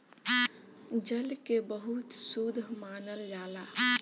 जल के बहुत शुद्ध मानल जाला